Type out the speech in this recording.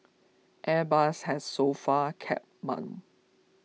airbus has so far kept mum